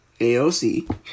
AOC